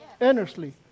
Earnestly